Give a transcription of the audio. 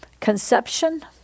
conception